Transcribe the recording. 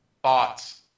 thoughts